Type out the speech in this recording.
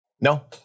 no